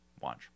Watch